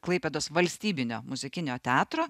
klaipėdos valstybinio muzikinio teatro